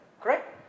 Correct